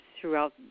throughout